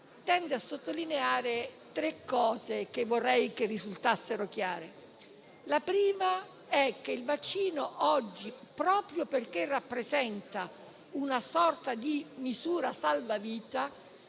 tende a sottolineare tre cose, che vorrei risultassero chiare. La prima è che oggi il vaccino, proprio perché rappresenta una sorta di misura salvavita,